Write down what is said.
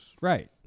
right